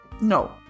No